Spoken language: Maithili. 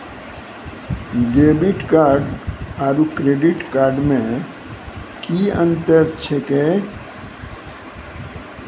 डेबिट कार्ड आरू क्रेडिट कार्ड मे कि अन्तर छैक?